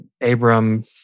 Abram